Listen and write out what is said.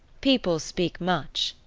people speak much,